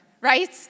right